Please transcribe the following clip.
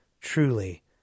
Truly